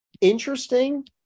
interesting